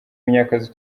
munyakazi